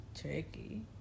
tricky